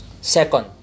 Second